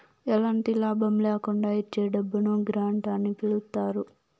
ఎలాంటి లాభం ల్యాకుండా ఇచ్చే డబ్బును గ్రాంట్ అని పిలుత్తారు